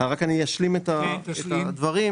רק אשלים את הדברים.